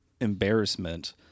embarrassment